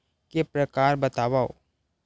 के प्रकार बतावव?